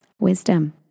Wisdom